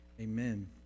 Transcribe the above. amen